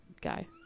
guy